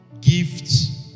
gifts